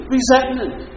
Resentment